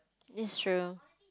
it's true